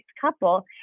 couple